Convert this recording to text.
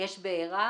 יש בעירה